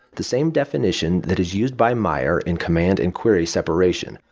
the same definition that is used by meyer in command and query separation.